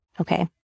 Okay